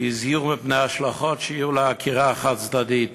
הזהירו מפני ההשלכות שיהיו לעקירה החד-צדדית